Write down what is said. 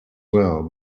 well